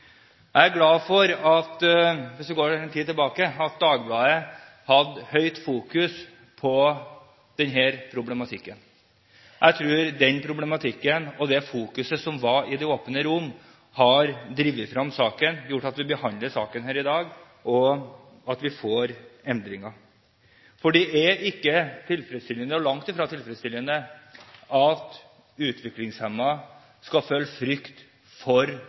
Jeg er glad for at Dagbladet for en tid tilbake hadde stort fokus på denne problematikken. Jeg tror det fokuset som var i det åpne rom, har drevet fram saken, gjort at vi behandler den her i dag, og at vi får endringer. For det er langt fra tilfredsstillende at utviklingshemmede skal føle frykt for